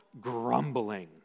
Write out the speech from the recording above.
grumbling